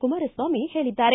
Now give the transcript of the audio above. ಕುಮಾರಸ್ವಾಮಿ ಹೇಳಿದ್ದಾರೆ